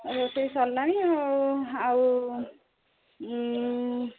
ରୋଷେଇ ସରିଲାଣି ଆଉ ଆଉ ହୁଁ